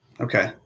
Okay